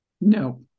No